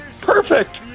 Perfect